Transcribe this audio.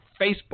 Facebook